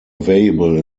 available